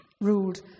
ruled